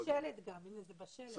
שבאים גם עם שפה קוקית וגם השפה המזית,